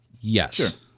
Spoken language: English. Yes